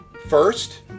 first